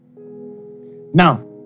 Now